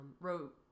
wrote